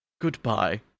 Goodbye